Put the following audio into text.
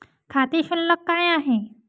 खाते शुल्क काय आहे?